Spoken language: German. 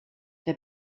der